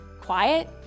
Quiet